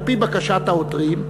על-פי בקשת העותרים,